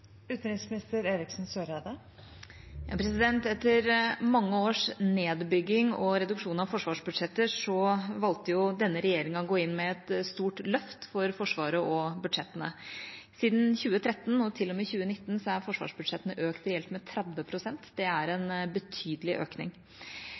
Etter mange års nedbygging og reduksjon av forsvarsbudsjetter valgte denne regjeringa å gå inn med et stort løft for Forsvaret og budsjettene. Siden 2013 og til og med 2019 har forsvarsbudsjettene økt reelt med 30 pst. Det er en